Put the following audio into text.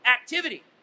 activity